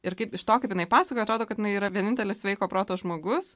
ir kaip iš to kaip jinai pasakoja atrodo kad jinai yra vienintelis sveiko proto žmogus